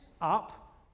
up